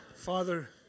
Father